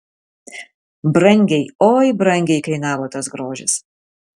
brangiai oi brangiai kainavo tas grožis